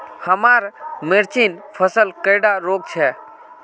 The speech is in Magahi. हमार मिर्चन फसल कुंडा रोग छै?